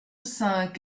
cinq